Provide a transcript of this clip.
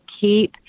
keep